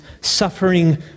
suffering